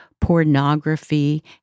pornography